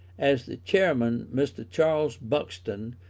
as the chairman, mr. charles buxton,